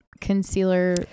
concealer